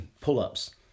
pull-ups